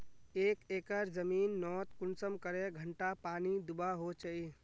एक एकर जमीन नोत कुंसम करे घंटा पानी दुबा होचए?